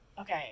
Okay